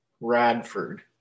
Radford